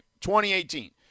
2018